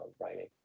writing